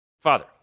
Father